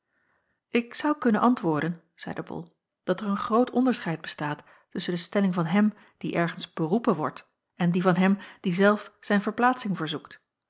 ik zou kunnen antwoorden zeide bol dat er een groot onderscheid bestaat tusschen de stelling van hem die ergens beroepen wordt en die van hem die zelf zijn verplaatsing verzoekt